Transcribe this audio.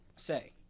Say